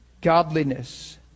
godliness